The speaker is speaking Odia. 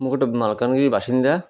ମୁଁ ଗୋଟେ ମାଲକାନଗିରି ବାସିନ୍ଦା